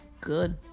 good